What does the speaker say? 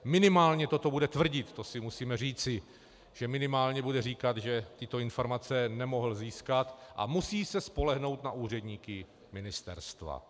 Minimálně toto bude tvrdit, to si musíme říci, že minimálně bude říkat, že tyto informace nemohl získat a musí se spolehnout na úředníky ministerstva.